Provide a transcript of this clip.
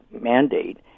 mandate